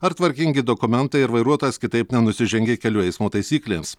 ar tvarkingi dokumentai ar vairuotojas kitaip nenusižengė kelių eismo taisyklėms